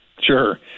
sure